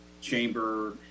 chamber